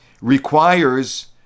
requires